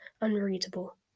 unreadable